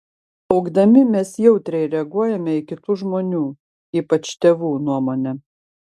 augdami mes jautriai reaguojame į kitų žmonių ypač tėvų nuomonę